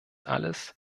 alles